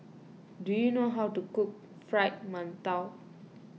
do you know how to cook Fried Mantou